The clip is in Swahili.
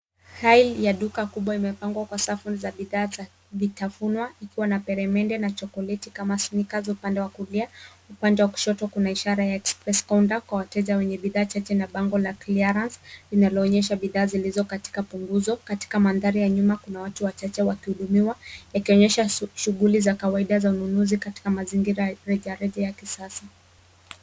Rafu ya duka kubwa imepangwa kwa safu za bidhaa za vitafunwa, ikiwa na peremende na chokoleti kama Snickers upande wa kulia. Upande wa kushoto kuna ishara ya Express Counter kwa wateja wenye bidhaa chache na bango la clearance linaloonyesha bidhaa zilizo katika punguzo. Katika mandhari ya nyuma kuna watu wateja wakihudumiwa, yakionyesha shughuli za kawaida za ununuzi katika mazingira rejareja ya kisasa.